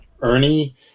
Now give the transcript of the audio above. Ernie